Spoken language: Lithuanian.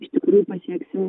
iš tikrųjų pasieksim